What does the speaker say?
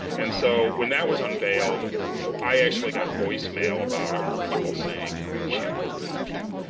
and so when that was unveiled, i actually got voicemail about it from people saying, you know, i can't believe you,